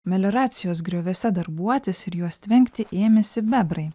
melioracijos grioviuose darbuotis ir juos tvenkti ėmėsi bebrai